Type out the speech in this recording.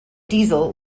diesel